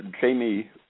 Jamie